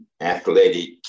athletic